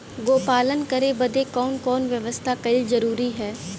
गोपालन करे बदे कवन कवन व्यवस्था कइल जरूरी ह?